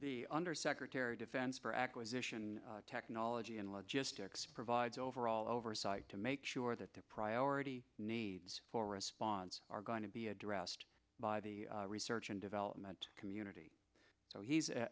the undersecretary of defense for acquisition technology and logistics provides overall oversight to make sure that the priority needs for response are going to be addressed by the research and development community so he's